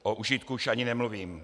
O užitku už ani nemluvím.